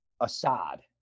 Assad